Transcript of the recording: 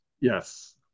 Yes